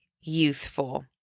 youthful